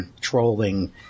trolling